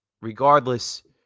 regardless